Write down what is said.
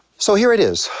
so here it is,